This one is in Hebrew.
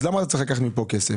אז למה צריך לקחת מפה כסף?